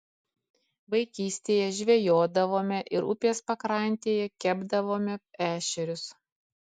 vaikystėje žvejodavome ir upės pakrantėje kepdavome ešerius